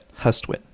Hustwit